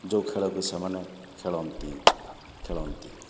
ଯେଉଁ ଖେଳକୁ ସେମାନେ ଖେଳନ୍ତି ଖେଳନ୍ତି